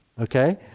okay